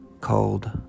called